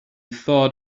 thought